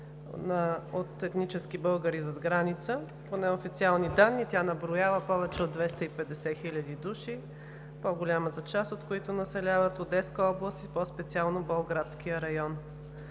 от етнически българи зад граница. По неофициални данни тя наброява повече от 250 хиляди души, по голямата част от които населяват Одеска област, и по-специално Болградския район.